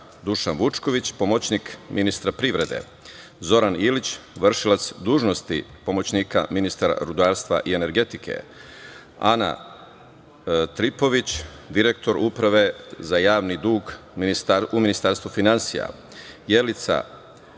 Dušan Vučković, pomoćnik ministra privrede, Zoran Ilić, vršilac dužnosti pomoćnika ministra rudarstva i energetike, Ana Tripović, direktor Uprave za javni dug u Ministarstvu finansija, Jelica Trninić